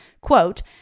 quote